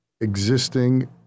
existing